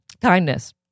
Kindness